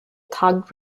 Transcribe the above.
tag